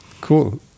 cool